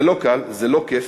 זה לא קל, זה לא כיף,